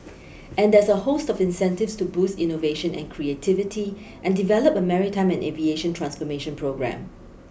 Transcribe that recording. and there's a host of incentives to boost innovation and creativity and develop a maritime and aviation transformation programme